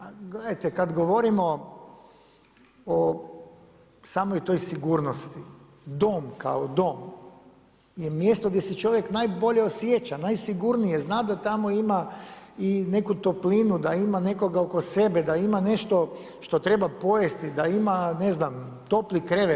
A gledajte, kad govorimo o samoj toj sigurnosti, dom kao dom, je mjesto gdje se čovjek najbolje osjeća, najsigurnije, zna da tamo ima i neku toplinu, da ima nekoga oko sebe, da ima nešto što treba pojesti, da ima ne znam, topli krevet.